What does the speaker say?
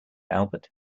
albert